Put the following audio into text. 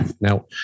Now